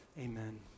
Amen